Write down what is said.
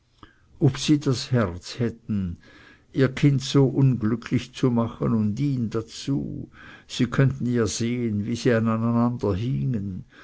ob sie das herz hätten ihr kind so unglücklich zu machen und ihn dazu sie könnten ja sehen wie sie aneinander hingen